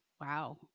Wow